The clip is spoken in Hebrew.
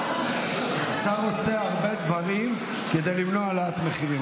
השר עושה הרבה דברים כדי למנוע העלאת מחירים.